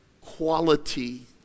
quality